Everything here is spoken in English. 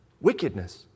Wickedness